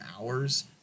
hours